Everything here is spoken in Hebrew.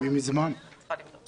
אני צריכה לבדוק.